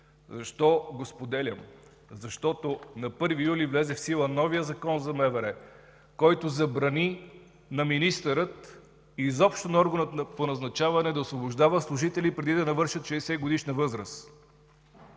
Защо го споделям? Защото на 1 юли влезе в сила новият Закон за МВР, който забрани на министъра, изобщо на органа по назначаване, да освобождава служители, преди да навършат 60-годишна възраст.